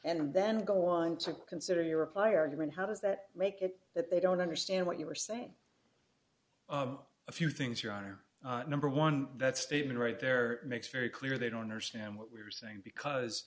and then go on to consider your reply or argument how does that make it that they don't understand what you were saying a few things your honor number one that statement right there makes very clear they don't understand what we are saying because